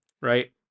right